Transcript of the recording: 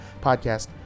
podcast